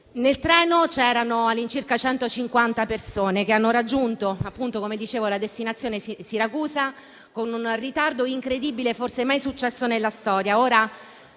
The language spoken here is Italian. Nel treno c'erano all'incirca 150 persone che hanno raggiunto la destinazione di Siracusa con un ritardo incredibile, forse mai successo nella storia.